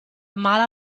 mala